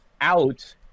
out